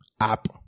app